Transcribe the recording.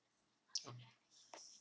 okay